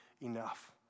enough